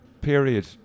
period